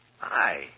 Aye